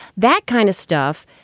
that kind of stuff,